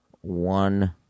one